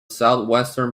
southwestern